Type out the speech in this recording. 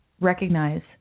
recognize